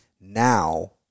now